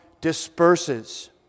disperses